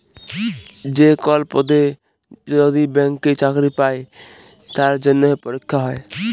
যে কল পদে যদি ব্যাংকে চাকরি চাই তার জনহে পরীক্ষা হ্যয়